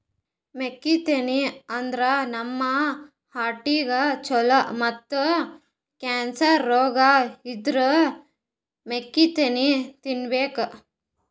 ಮೆಕ್ಕಿತೆನಿ ತಿಂದ್ರ್ ನಮ್ ಹಾರ್ಟಿಗ್ ಛಲೋ ಮತ್ತ್ ಕ್ಯಾನ್ಸರ್ ರೋಗ್ ಇದ್ದೋರ್ ಮೆಕ್ಕಿತೆನಿ ತಿನ್ಬೇಕ್